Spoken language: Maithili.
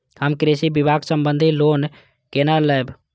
हम कृषि विभाग संबंधी लोन केना लैब?